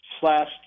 slash